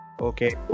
Okay